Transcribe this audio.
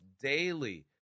daily